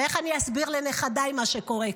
ואיך איך אסביר לנכדיי מה שקורה כאן?